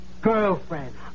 Girlfriend